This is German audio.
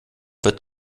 wird